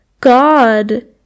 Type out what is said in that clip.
god